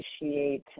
appreciate